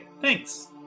Thanks